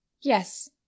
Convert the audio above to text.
yes